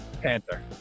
Panther